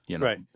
Right